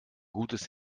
gutes